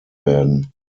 werden